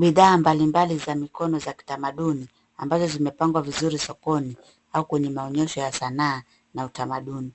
Bidhaa mbalimbali za mikono za kitamaduni ambazo zimepangwa vizuri sokoni au kwenye maonyesho ya sanaa na utamaduni.